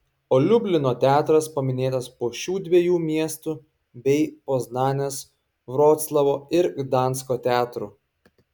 o liublino teatras paminėtas po šių dviejų miestų bei poznanės vroclavo ir gdansko teatrų